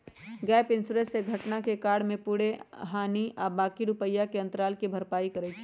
gap insurance से घटना में कार के पूरे हानि आ बाँकी रुपैया के अंतराल के भरपाई करइ छै